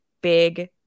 big